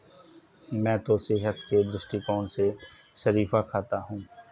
मैं तो सेहत के दृष्टिकोण से शरीफा खाता हूं